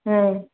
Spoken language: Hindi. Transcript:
नहीं